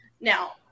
Now